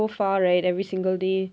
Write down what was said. far right every single day